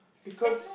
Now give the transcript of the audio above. because